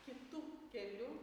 kitu keliu